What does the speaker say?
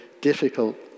difficult